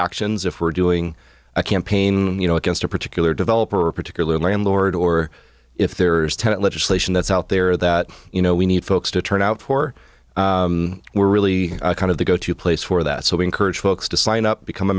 actions if we're doing a campaign you know against a particular developer or a particular landlord or if there is tenant legislation that's out there that you know we need folks to turn out for we're really kind of the go to place for that so we encourage folks to sign up become a